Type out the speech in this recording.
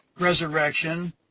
resurrection